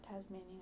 tasmania